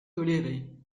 tolérée